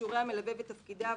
כישורי המלווה ותפקידיו,